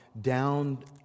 Down